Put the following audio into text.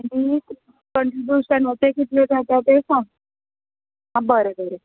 आनी पणजे बस स्टॅण्डा वयल्यान कितले जाता ते सांग आं बरें बरें